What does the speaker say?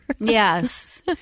yes